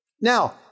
Now